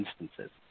instances